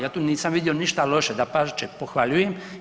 Ja tu nisam vidio ništa loše, dapače pohvaljujem.